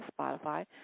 Spotify